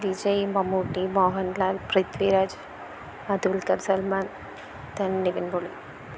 വിജയ് മമ്മൂട്ടിയും മോഹൻലാൽ പൃഥ്വിരാജ് ആ ദുൽഖർ സൽമാൻ തെൻ നിവിൻ പോളി